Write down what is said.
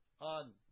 on